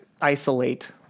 isolate